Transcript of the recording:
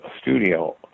studio